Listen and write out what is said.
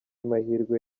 mahirwe